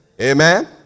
Amen